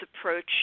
approach